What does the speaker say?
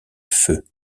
feu